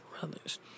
Brothers